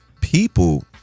people